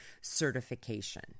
certification